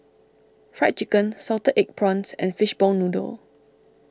Fried Chicken Salted Egg Prawns and Fishball Noodle